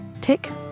tick